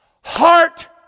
heart